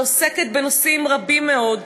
שעוסקת בנושאים רבים מאוד,